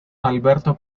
alberto